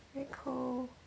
very cold